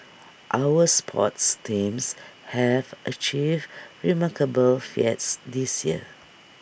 our sports teams have achieved remarkable feats this year